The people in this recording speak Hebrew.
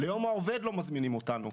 ליום העובד לא מזמינים אותנו.